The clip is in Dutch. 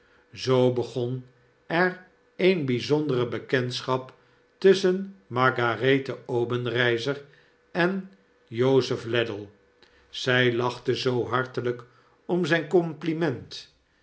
zoo begon er eene byzondere bekendschap tusschen margarethe obenreizer en jozef ladle zij lachte zoo hartelijk om zyn compliment